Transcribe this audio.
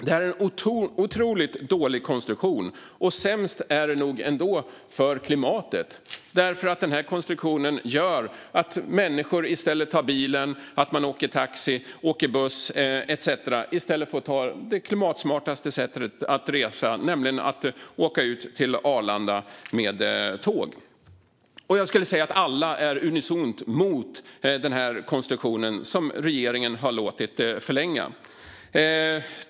Det är en otroligt dålig konstruktion. Sämst är den nog ändå för klimatet eftersom den gör att människor i stället tar bilen, åker taxi eller buss etcetera i stället för att välja det klimatsmartaste sättet att resa, nämligen att åka ut till Arlanda med tåg. Jag skulle säga att alla är unisont mot denna konstruktion, som regeringen har låtit förlänga.